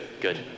good